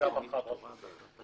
רב רשותי בערך בחצי.